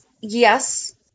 yes